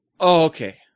Okay